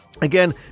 Again